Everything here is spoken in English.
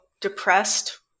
depressed